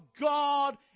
God